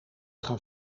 gaan